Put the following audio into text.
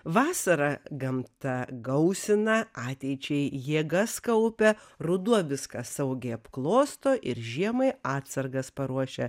vasarą gamta gausina ateičiai jėgas kaupia ruduo viską saugiai apklosto ir žiemai atsargas paruošia